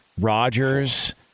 Rodgers